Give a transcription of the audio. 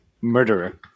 Murderer